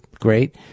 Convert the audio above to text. great